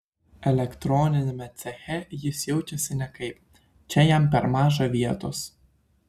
elektroniniame ceche jis jaučiasi nekaip čia jam per maža vietos